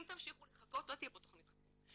אם תמשיכו לחכות לא תהיה פה תכנית חירום.